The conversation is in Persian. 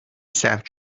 ثبت